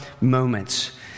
moments